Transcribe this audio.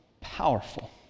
powerful